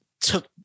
took